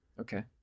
Okay